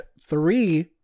three